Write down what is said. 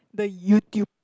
the YouTube